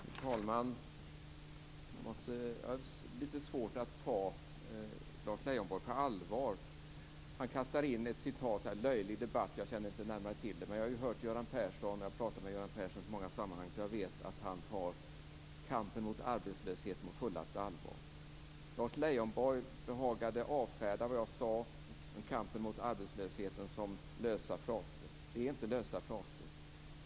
Fru talman! Jag har lite svårt att ta Lars Leijonborg på allvar. Han kastar in ett citat om löjlig debatt. Jag känner inte närmare till det, men jag har talat med Göran Persson i så många sammanhang att jag vet att han tar kampen mot arbetslösheten på fullaste allvar. Lars Leijonborg behagade avfärda vad jag sade om kampen mot arbetslösheten som lösa fraser. Det är inga lösa fraser.